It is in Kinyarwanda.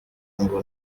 ngo